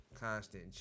constant